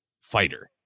fighter